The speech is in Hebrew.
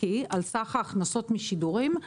על סך ההכנסות משידורים,